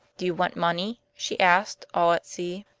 do you want money? she asked, all at sea.